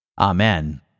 Amen